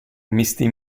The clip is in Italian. misti